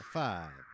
five